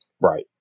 Right